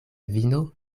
vino